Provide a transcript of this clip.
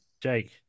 Jake